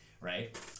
right